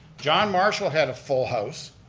john marshall had a full house.